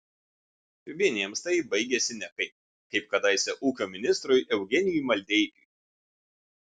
vieniems tai baigiasi nekaip kaip kadaise ūkio ministrui eugenijui maldeikiui